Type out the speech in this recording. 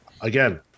Again